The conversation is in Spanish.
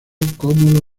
como